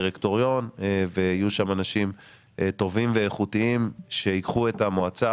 דירקטוריון ויהיו שם אנשים טובים ואיכותיים שייקחו את המועצה